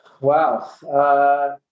Wow